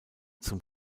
zum